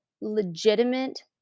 legitimate